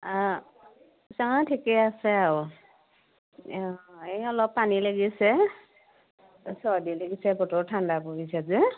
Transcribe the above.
অ তেওঁ ঠিকেই আছে আৰু এই অলপ পানী লাগিছে চৰ্দি লাগিছে বতৰ ঠাণ্ডা পৰিছে যে